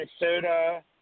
Minnesota